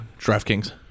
DraftKings